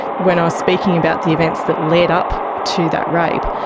when i was speaking about the events that led up to that rape,